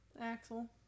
Axel